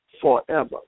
forever